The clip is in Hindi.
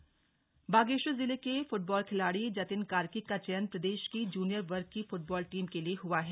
फ्टबाल चयन बागेश्वर जिले के फुटबाल खिलाड़ी जतिन कार्की का चयन प्रदेश की जूनियर वर्ग की फुटबॉल टीम के लिए हुआ है